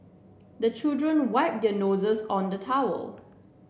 the children wipe their noses on the towel